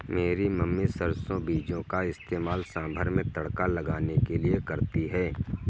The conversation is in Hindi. मेरी मम्मी सरसों बीजों का इस्तेमाल सांभर में तड़का लगाने के लिए करती है